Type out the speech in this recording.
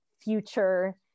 future